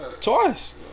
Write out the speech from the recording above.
Twice